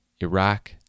Iraq